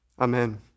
amen